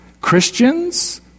Christians